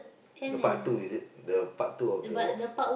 the part two is it the part two of the wasps